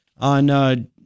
on